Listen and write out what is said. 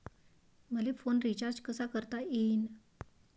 मले phone recharge कसा करता येईन?